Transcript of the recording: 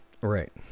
Right